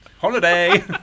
holiday